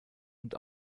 und